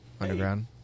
underground